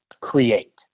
create